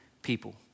people